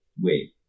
Wait